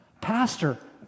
Pastor